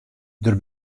der